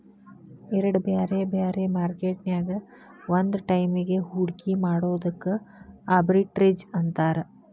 ಎರಡ್ ಬ್ಯಾರೆ ಬ್ಯಾರೆ ಮಾರ್ಕೆಟ್ ನ್ಯಾಗ್ ಒಂದ ಟೈಮಿಗ್ ಹೂಡ್ಕಿ ಮಾಡೊದಕ್ಕ ಆರ್ಬಿಟ್ರೇಜ್ ಅಂತಾರ